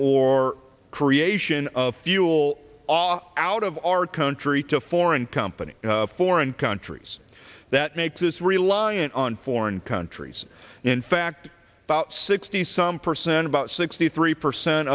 or creation of fuel out of our country to foreign companies foreign countries that make this reliant on foreign countries in fact about sixty some percent about sixty three percent